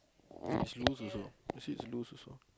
it's loose also actually it's loose also